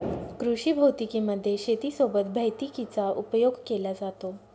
कृषी भौतिकी मध्ये शेती सोबत भैतिकीचा उपयोग केला जातो